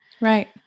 Right